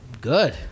good